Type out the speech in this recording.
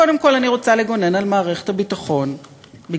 קודם כול, אני רוצה לגונן על מערכת הביטחון בגלל